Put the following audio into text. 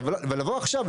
ולבוא עכשיו,